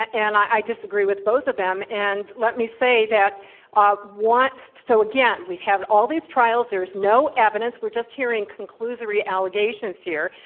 ah and i disagree with both of them. and let me say that ah so, again, we've had all these trials, there is no evidence, we're just hearing conclusory allegations here,